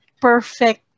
perfect